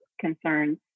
concerns